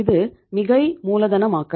இது மிகை மூலதனமாக்கல்